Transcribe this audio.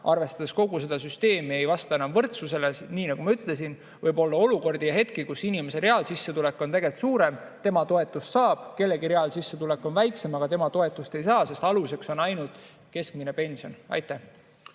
arvestades kogu seda süsteemi, ei taga enam võrdsust. Nii nagu ma ütlesin, võib olla olukordi ja hetki, kus inimese reaalsissetulek on suurem, tema toetust saab, kellegi reaalsissetulek on väiksem, aga tema toetust ei saa, sest aluseks on ainult keskmine pension. Maria